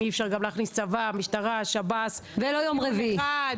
אי אפשר להכניס את הצבא ואת המשטרה ואת השב"ס לדיון אחד.